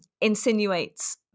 insinuates